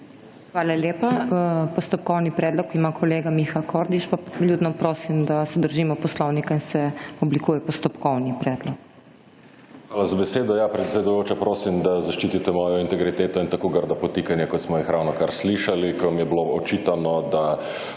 Hvala lepa. Postopkovni predlog ima kolega Miha Kordiš. Pa vljudno prosim, da se držimo poslovnika in se oblikuje postopkovni predlog. **MIHA KORDIŠ (PS Levica):** Hvala za besedo. Ja, predsedujoča, prosim, da zaščitite mojo integriteto in tako grda podtikanja kot smo jih ravnokar slišali, ko nam je bilo očitano, da